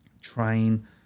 train